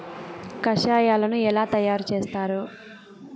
కషాయాలను ఎలా తయారు చేస్తారు?